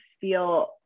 feel